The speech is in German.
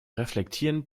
reflektieren